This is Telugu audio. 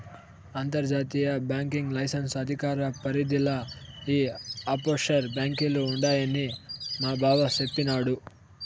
అంతర్జాతీయ బాంకింగ్ లైసెన్స్ అధికార పరిదిల ఈ ఆప్షోర్ బాంకీలు ఉండాయని మాబావ సెప్పిన్నాడు